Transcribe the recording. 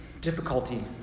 difficulty